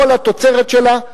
בכל התוצרת שלה,